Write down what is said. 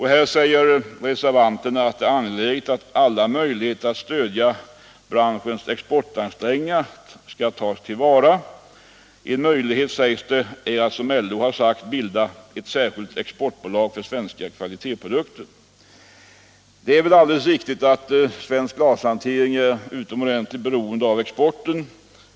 Här anser reservanterna det angeläget att alla möjligheter att stödja branschens exportansträngningar skall tas till vara. En möjlighet sägs vara att, såsom LO har föreslagit, bilda ett särskilt exportbolag för svenska kvalitetsprodukter. Det är alldeles riktigt att svensk glashantering är utomordentligt beroende av exporten.